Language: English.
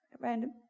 random